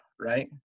Right